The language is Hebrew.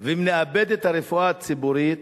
ואם נאבד את הרפואה הציבורית,